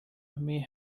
may